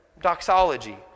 Doxology